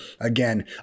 again